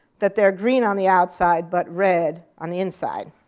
that they're green on the outside but red on the inside.